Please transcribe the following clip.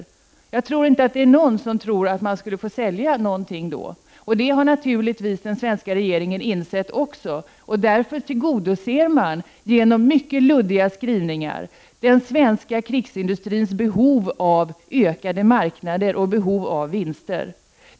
Jag tror inte att någon tror att man skulle få sälja någonting då. Detta har naturligtvis också den svenska regeringen insett. Därför tillgodser man genom mycket luddiga skrivningar den svenska krigsindustrins behov av ökade marknader och dess behov av vinster.